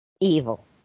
evil